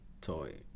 toy